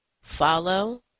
follow